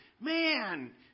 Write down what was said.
man